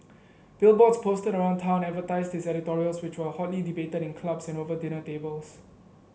billboards posted around town advertised his editorials which were hotly debated in clubs and over dinner tables